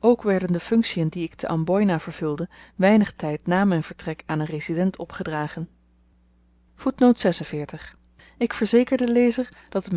ook werden de funktien die ik te amboina vervulde weinig tyd na myn vertrek aan n resident opgedragen ik verzeker den lezer dat